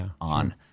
on